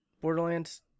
Borderlands